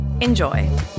Enjoy